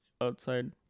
outside